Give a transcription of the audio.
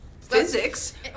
physics